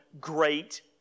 great